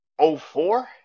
04